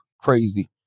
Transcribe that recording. Crazy